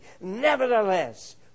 Nevertheless